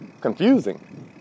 confusing